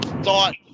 thought